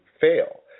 fail